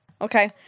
Okay